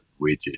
widget